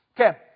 Okay